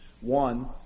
One